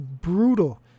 brutal